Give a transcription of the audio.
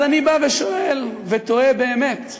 אז אני בא ושואל ותוהה באמת,